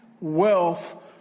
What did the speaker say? wealth